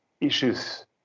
issues